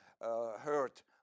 hurt